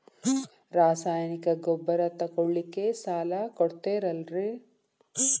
ರಾಸಾಯನಿಕ ಗೊಬ್ಬರ ತಗೊಳ್ಳಿಕ್ಕೆ ಸಾಲ ಕೊಡ್ತೇರಲ್ರೇ?